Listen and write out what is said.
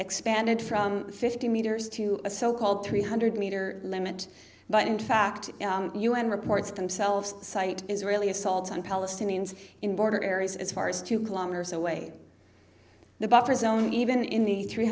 expanded from fifty meters to a so called three hundred meter limit but in fact u n reports themselves cite israeli assault on palestinians in border areas as far as two kilometers away the buffer zone even in the three